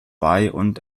und